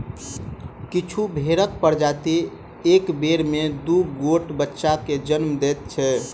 किछु भेंड़क प्रजाति एक बेर मे दू गोट बच्चा के जन्म दैत छै